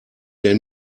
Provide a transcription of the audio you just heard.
der